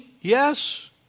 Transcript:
yes